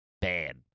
bad